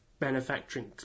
manufacturing